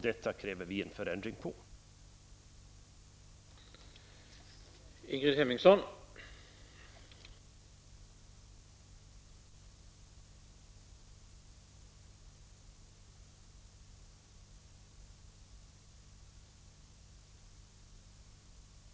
Vi kräver en förändring av detta.